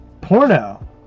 porno